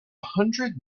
hundred